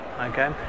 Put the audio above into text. okay